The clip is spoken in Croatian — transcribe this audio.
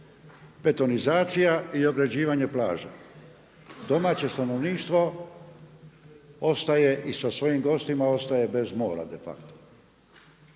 Betonizacija i ograđivanje plaža. Domaće stanovništvo ostaje i sa svojim gostima bez mora de facto.